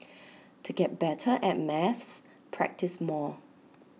to get better at maths practise more